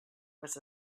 was